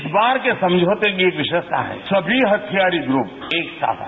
इस बार के समझौते की एक विशेषता है सभी हथियारी ग्रुप एक साथ आए हैं